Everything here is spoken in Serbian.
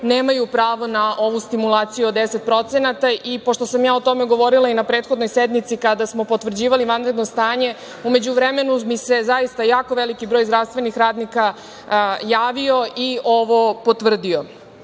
nemaju pravo na ovu stimulaciju od 10%. Pošto sam ja o tome govorila na prethodnoj sednici kada smo potvrđivali vanredno stanje, u međuvremenu mi se zaista jako veliki broj zdravstvenih radnika javio i ovo potvrdio. Druga